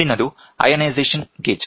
ಮುಂದಿನದು ionisation gauge